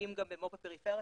משקיעים גם במו"פ בפריפריה.